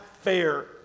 fair